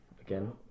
again